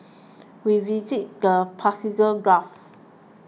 we visited the Persian Gulf